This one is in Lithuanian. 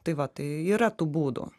tai va tai yra tų būdų